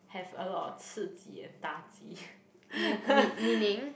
have a lot of 次吉 and 大吉